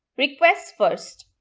requests first.